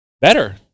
better